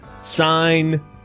Sign